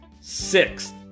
sixth